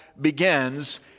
begins